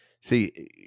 see